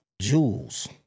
jewels